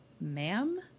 ma'am